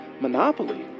monopoly